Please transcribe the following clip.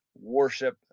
worship